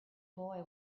boy